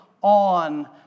on